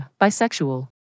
Bisexual